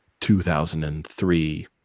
2003